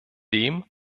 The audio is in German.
dem